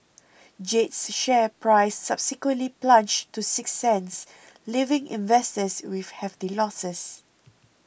Jade's share price subsequently plunged to six cents leaving investors with hefty losses